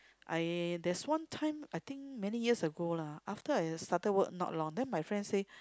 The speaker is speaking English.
I there's one time I think many years ago lah after I started work not long then my friend say